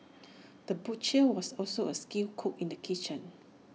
the butcher was also A skilled cook in the kitchen